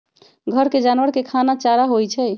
घर के जानवर के खाना चारा होई छई